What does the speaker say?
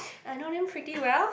I know them pretty well